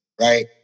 right